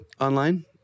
online